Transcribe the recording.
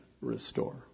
restore